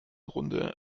runde